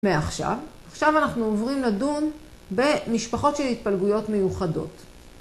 מעכשיו. עכשיו אנחנו עוברים לדון במשפחות של התפלגויות מיוחדות.